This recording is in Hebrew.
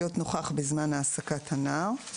להיות נוכח בזמן העסקת הנער.